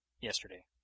yesterday